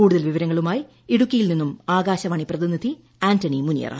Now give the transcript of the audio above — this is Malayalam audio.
കൂടുതൽ വിവരങ്ങളുമായി ഇടുക്കിയിൽ നിന്നും ആകാശവാണി പ്രതിനിധി ആന്റണി മുനിയറ